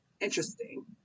interesting